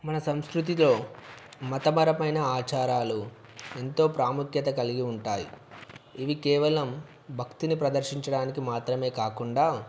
మన సంస్కృతిలో మతపరమైన ఆచారాలు ఎంతో ప్రాముఖ్యత కలిగి ఉంటాయి ఇవి కేవలం భక్తిని ప్రదర్శించడానికి మాత్రమే కాకుండా